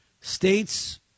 states